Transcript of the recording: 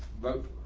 both.